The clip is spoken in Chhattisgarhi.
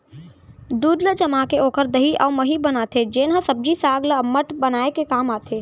दूद ल जमाके ओकर दही अउ मही बनाथे जेन ह सब्जी साग ल अम्मठ बनाए के काम आथे